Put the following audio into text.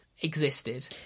existed